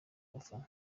abafana